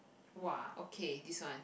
!woah! okay this one